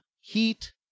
heat